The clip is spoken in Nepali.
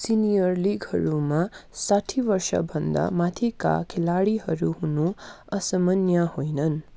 सिनियर लिगहरूमा साठी वर्षभन्दा माथिका खेलाडीहरू हुनु असामान्य होइनन्